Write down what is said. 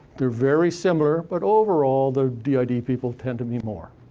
they're very similar, but overall, the did people tend to be more.